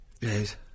Yes